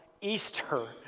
Easter